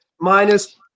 minus